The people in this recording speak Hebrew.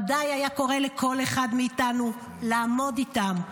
ודאי היה קורא לכל אחד מאיתנו לעמוד איתן,